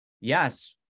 yes